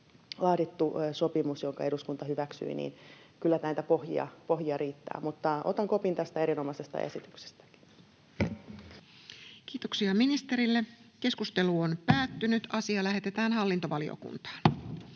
laadittu sopimus, jonka eduskunta hyväksyi. Kyllä näitä pohjia riittää. Otan kopin tästä erinomaisesta esityksestä. Kiitoksia ministerille. Lähetekeskustelua varten esitellään päiväjärjestyksen